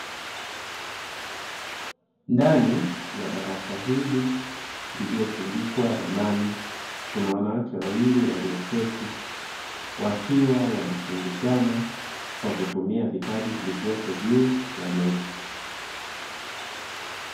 Ndani ya darasa hili lililotundikwa ramani, kuna wanawake wawili walio keti, wakiwa wanafundishana kwa kutumia vitabu vilivyopo juu ya meza.